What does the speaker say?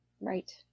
Right